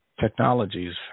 technologies